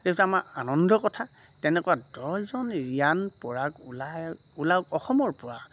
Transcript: এইটো আমাৰ আনন্দৰ কথা তেনেকুৱা দহজন ৰিয়ান পৰাগ উলাওক অসমৰ পৰা